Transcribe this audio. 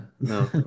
no